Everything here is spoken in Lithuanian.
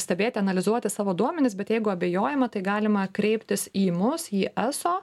stebėti analizuoti savo duomenis bet jeigu abejojama tai galima kreiptis į mus į eso